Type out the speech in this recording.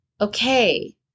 okay